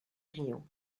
rio